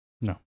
No